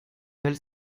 evel